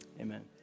amen